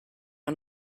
are